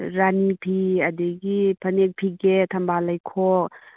ꯔꯥꯅꯤꯐꯤ ꯑꯗꯨꯗꯒꯤ ꯐꯥꯅꯦ ꯐꯤꯒꯦ ꯊꯝꯕꯥꯜ ꯂꯩꯈꯣꯛ